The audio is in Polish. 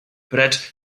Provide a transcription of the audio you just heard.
precz